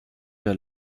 der